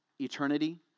eternity